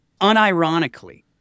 unironically